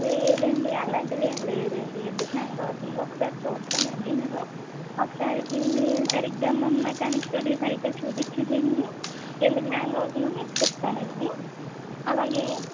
లేదండి అలాంటిదేం లేదండి ఎందుకు హ్యాంగ్ అవుతుందో ఒకసారి చూస్తామండి మేము ఒకసారి దీన్ని సరిగ్గా మా మెకానిక్తో సరిగ్గా చూపించి దీన్ని ఎందుకు హ్యాంగ్ అవుతుందో మీకు చెప్తానండి అలాగే